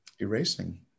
erasing